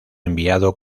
enviado